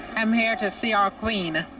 i'm here to see our queen,